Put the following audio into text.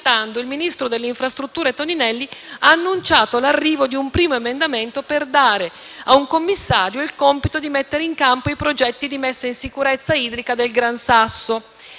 Il ministro delle infrastrutture Toninelli ha annunciato l'arrivo di un primo emendamento - lo stiamo aspettando - per dare a un commissario il compito di mettere in campo i progetti di messa in sicurezza idrica del Gran Sasso.